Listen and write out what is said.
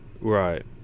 right